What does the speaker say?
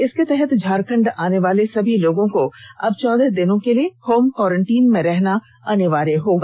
इसके तहत झारखंड आनेवाले सभी लोगों को अब चौदह दिनों के लिए होम क्वारेंटीन में रहना अनिवार्य होगा